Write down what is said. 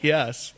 Yes